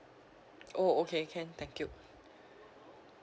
oh okay can thank you